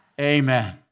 Amen